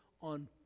on